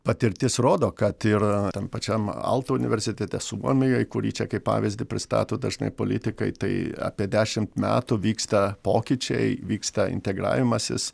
patirtis rodo kad ir tam pačiam alto universitete suomijoj kurį čia kaip pavyzdį pristato dažnai politikai tai apie dešim metų vyksta pokyčiai vyksta integravimasis